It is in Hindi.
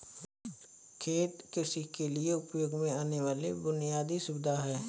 खेत कृषि के लिए उपयोग में आने वाली बुनयादी सुविधा है